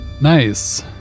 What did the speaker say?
Nice